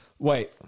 Wait